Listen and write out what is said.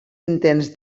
intents